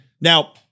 Now